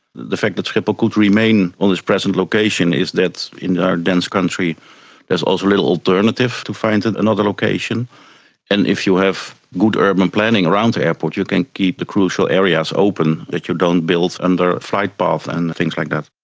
the the fact that schiphol could remain on its present location is that in our dense country there is also little alternative to find another location and if you have good urban planning around the airport, you can keep the crucial areas open, that you don't built under a flight path and things like that.